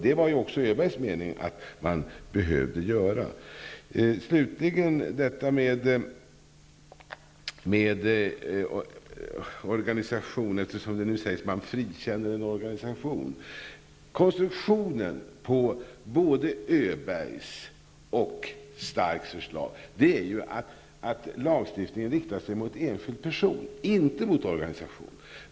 Det var också Öbergs mening att man behövde göra det. Här sades att det finns risk att man frikänner en organisation. Konstruktionen har i både Öbergs och Starks förslag varit att lagstiftningen riktar sig mot enskild person -- inte mot organisation.